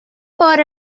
بار